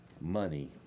money